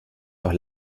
doch